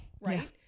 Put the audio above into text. right